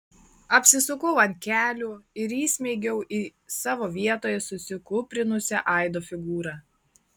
apsisukau ant kelių ir įsmeigiau į savo vietoje susikūprinusią aido figūrą